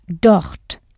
dort